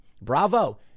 Bravo